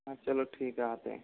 हाँ चलो ठीक है आते हैं